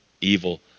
evil